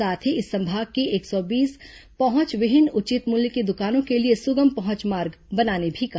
साथ ही इस संभाग की एक सौ बीस पहुंचविहीन उचित मूल्य की दुकानों के लिए सुगम पहुंच मार्ग बनाने भी कहा